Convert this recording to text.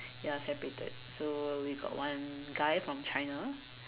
ya separated so we got one guy from China